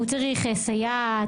הוא צריך סייעת,